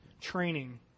training